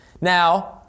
Now